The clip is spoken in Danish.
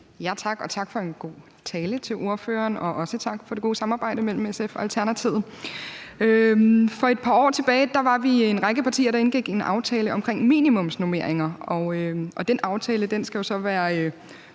for en god tale, og også tak for det gode samarbejde mellem SF og Alternativet. For et par år tilbage var vi en række partier, der indgik en aftale om minimumsnormeringer, og den aftale skal så være